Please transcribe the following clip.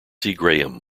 graham